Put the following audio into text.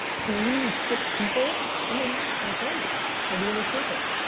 so there's gonna be these six people and they're my family, they're the inner circle,